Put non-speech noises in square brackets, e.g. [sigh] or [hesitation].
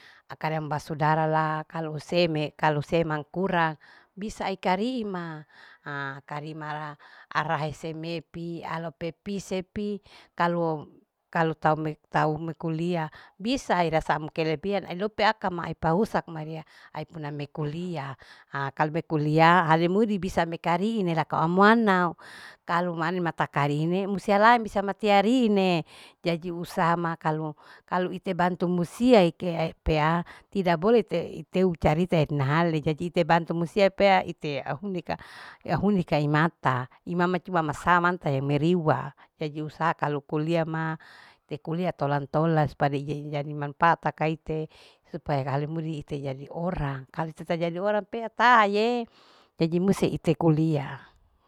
Akarea basudara la kalu huse me, kalu use mangkura bisa aikarima [hesitation] karima la ara hai seme pi alo pe pise pi kalu kalu tau tau me kulia bisa'e rea sam kelebihan audo peaka ma pahusa rea aipuna ma kulia [hesitation] kalu be kulia halemudi bisa mekariinie lakoa muana kalu maani mata karine musea lain bisa mati ariine jadi usaha ma kalu kalu ite bantu musia ike pea tidak bole ite iteu carite inahale jadi ite bantu musia pea ite auhune ka. ahuneka imata imama cuma ma masa mantae meriwa jadi usaha kalu kulia ma te kulia ntola. ntola supaya ija. ijadi manfaat pa kaite supaya hale mudi ite ijadi orang kalu tita jadi orang pea taie jadi musti ite kulia.